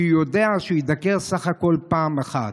הוא יודע שהוא יידקר בסך הכול פעם אחת.